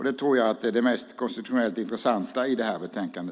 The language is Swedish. Det tror jag är det konstitutionellt mest intressanta i detta betänkande.